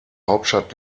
hauptstadt